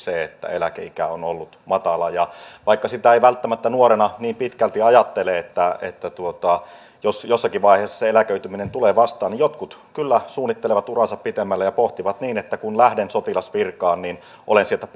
että eläkeikä on ollut matala sitä ei välttämättä nuorena niin pitkälti ajattele että että jossakin vaiheessa se eläköityminen tulee vastaan mutta jotkut kyllä suunnittelevat uraansa pitemmälle ja pohtivat että kun lähden sotilasvirkaan niin pääsen sieltä